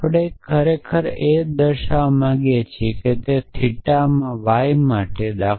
આપણે ખરેખર કરવા માંગીએ છીએ તે મારા થિટામાં y માટે દા